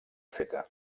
feta